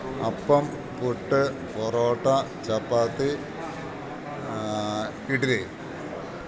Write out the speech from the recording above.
അപ്പം പുട്ട് പൊറോട്ട ചപ്പാത്തി ഇഡ്ലി